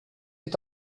est